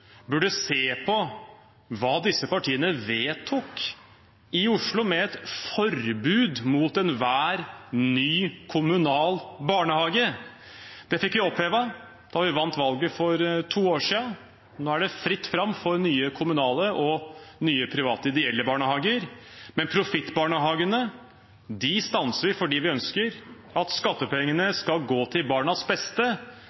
burde se på hva disse partiene vedtok i Oslo, med et forbud mot enhver ny kommunal barnehage. Det fikk vi opphevet da vi vant valget for to år siden. Nå er det fritt fram for nye kommunale og nye private ideelle barnehager, men profittbarnehagene stanser vi, fordi vi ønsker at